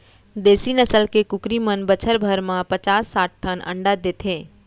देसी नसल के कुकरी मन बछर भर म पचास साठ ठन अंडा देथे